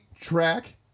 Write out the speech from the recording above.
track